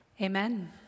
Amen